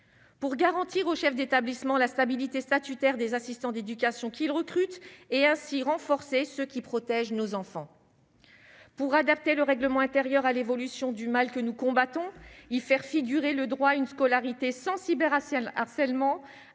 pour garantir aux chefs d'établissement, la stabilité statutaire des assistants d'éducation qu'il recrute et ainsi renforcer ce qui protège nos enfants pour adapter le règlement intérieur à l'évolution du mal que nous combattons y faire figurer le droit à une scolarité sensible et